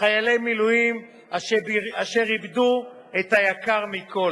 חיילי מילואים אשר איבדו את היקר מכול,